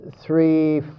three